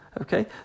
Okay